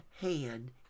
hand